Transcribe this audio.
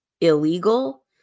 illegal